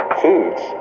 foods